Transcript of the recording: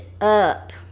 up